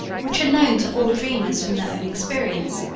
which are known to all dreamers from their own experience,